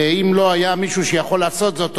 ואם לא היה מישהו שיכול לעשות זאת,